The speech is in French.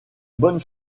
bonnes